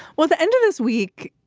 well the end of this week.